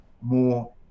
more